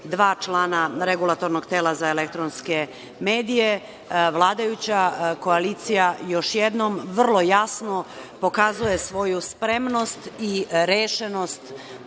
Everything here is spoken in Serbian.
dva člana Regulatornog tela za elektronske medije, vladajuća koalicija još jednom vrlo jasno pokazuje svoju spremnost i rešenost